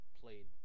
played